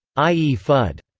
i e. fudd.